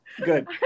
good